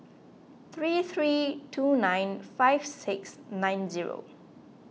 three three two nine five six nine zero